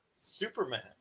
Superman